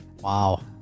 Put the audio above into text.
Wow